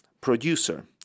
producer